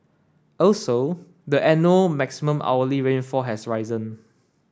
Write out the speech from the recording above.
also the maximum hourly rainfall has risen